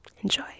enjoy